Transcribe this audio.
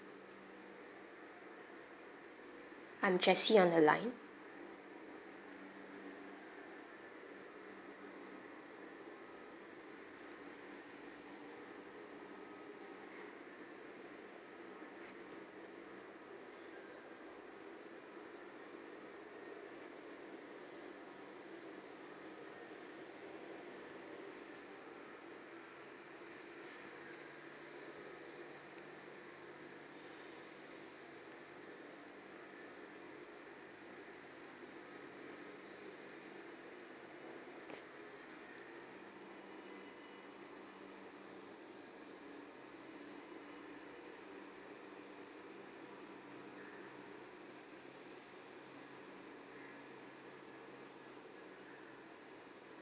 I'm jessie on the line